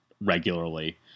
regularly